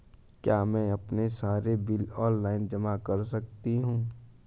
क्या मैं अपने सारे बिल ऑनलाइन जमा कर सकती हूँ?